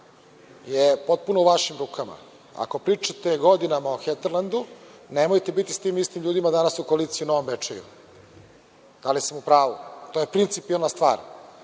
je potpuno u vašim rukama. Ako pričate godinama o Heterlendu, nemojte biti s tim istim ljudima danas u koaliciji u Novom Bečeju. Da li sam u pravu? To je principijelna stvar.